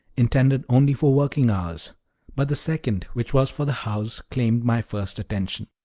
intended only for working hours but the second, which was for the house, claimed my first attention.